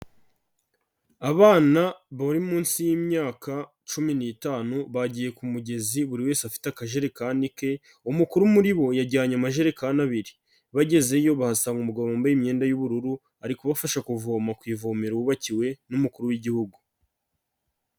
Abana bari munsi y'imyaka cumi n'itanu bagiye ku mugezi buri wese afite akajerekani ke, umukuru muri bo yajyanye amajerekani abiri, bagezeyo bahasanga umugabo wambaye imyenda y'ubururu, ari kubafasha kuvoma ku ivomero bubakiwe n'umukuru w'igihugu.